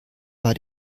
war